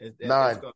Nine